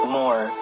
more